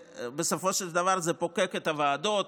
בסופו של דבר זה פוקק את הוועדות,